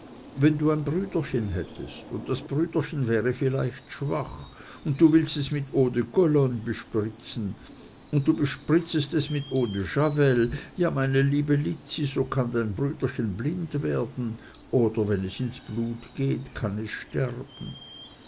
wenn du ein brüderchen hättest und das brüderchen wäre vielleicht schwach und du willst es mit eau de cologne bespritzen und du bespritztest es mit eau de javelle ja meine liebe lizzi so kann dein brüderchen blind werden oder wenn es ins blut geht kann es sterben